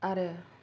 आरो